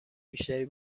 بیشتری